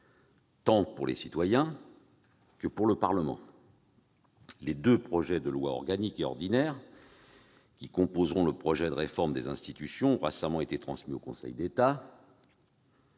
tant pour les citoyens que pour le Parlement. Les deux projets de loi, l'un organique, l'autre ordinaire, qui composeront le projet de réforme des institutions ont récemment été transmis au Conseil d'État.